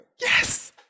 Yes